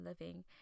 Living